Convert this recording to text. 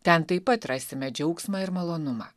ten taip pat rasime džiaugsmą ir malonumą